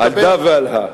על דא ועל הא.